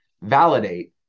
validate